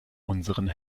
unseren